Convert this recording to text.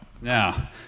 Now